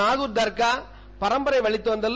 நாகூர் தர்கா பரம்பரை வழித்தோன்றல்